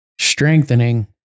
strengthening